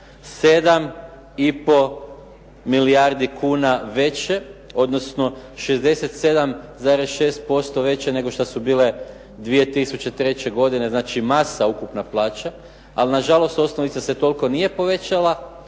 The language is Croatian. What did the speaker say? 7,5 milijardi kuna veće odnosno 67,6% veće nego što su bile 2003. godine, znači masa ukupna plaća. Ali nažalost osnovica se toliko nije povećala